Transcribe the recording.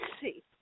see